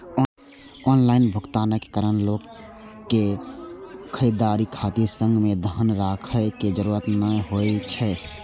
online भुगतानक कारण लोक कें खरीदारी खातिर संग मे धन राखै के जरूरत नै होइ छै